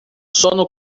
sono